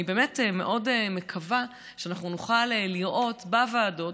אני מאוד מקווה שאנחנו נוכל לראות בוועדות,